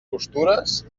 costures